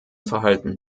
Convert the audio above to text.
verhalten